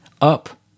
Up